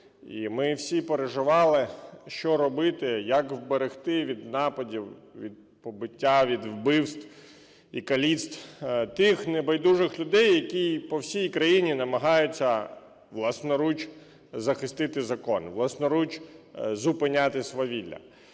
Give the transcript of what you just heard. І ми всі переживали, що робити, як вберегти від нападів, від побиття, від вбивств і каліцтв тих небайдужих людей, які по всій країні намагаються власноруч захистити закон, власноруч зупиняти свавілля.